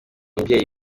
mubyeyi